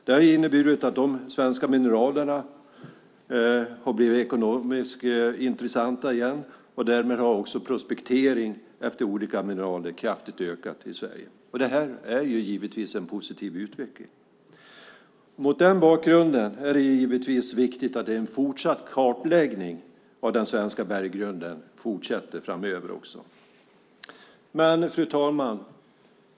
Det har inneburit att de svenska mineralerna har blivit ekonomiskt intressanta igen. Därmed har också prospektering av olika mineraler kraftigt ökat i Sverige. Det är givetvis en positiv utveckling. Mot den bakgrunden är det viktigt med en fortsatt kartläggning av den svenska berggrunden. Fru talman!